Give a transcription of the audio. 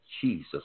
jesus